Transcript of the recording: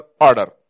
order